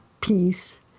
peace